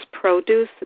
produce